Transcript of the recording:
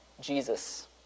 Jesus